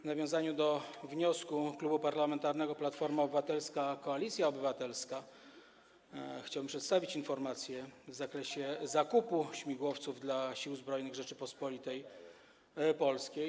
W nawiązaniu do wniosku Klubu Parlamentarnego Platforma Obywatelska - Koalicja Obywatelska chciałbym przedstawić informację w zakresie zakupu śmigłowców dla Sił Zbrojnych Rzeczypospolitej Polskiej.